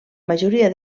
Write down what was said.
majoria